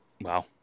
Wow